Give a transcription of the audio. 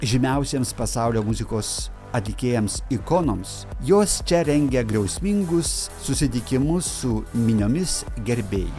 žymiausiems pasaulio muzikos atlikėjams ikonoms jos čia rengia griausmingus susitikimus su miniomis gerbėjų